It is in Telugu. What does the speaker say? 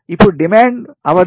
ఇప్పుడు డిమాండ్ అవధి